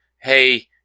hey